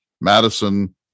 Madison